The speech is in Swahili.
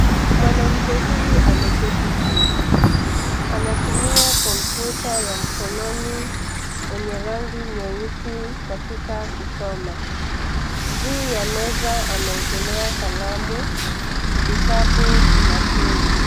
Mwanamke huyu ameketi chini, anatumia kompyuta ya mkononi wenye rangi nyeusi katika kusoma. Juu ya meza ameekelea kalamu, vitabu na simu.